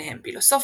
ביניהם פילוסופיה,